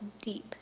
deep